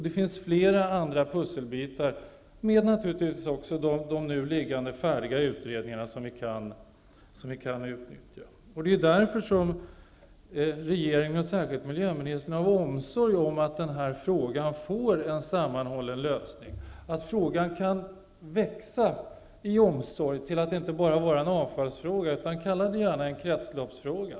Det finns flera andra pusselbitar som vi kan utnyttja, tillsammans med de utredningar som ligger färdiga. Regeringen, och särskilt miljöministern, vill att denna fråga skall få en sammanhållen lösning. Detta kan utvecklas till att bli en fråga som inte bara handlar om avfall. Kalla det gärna en kretsloppsfråga.